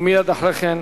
ומייד לאחר מכן